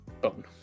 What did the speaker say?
bone